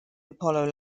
apollo